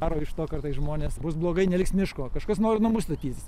ar iš to kartais žmonės bus blogai neliks miško kažkas nori namus statytis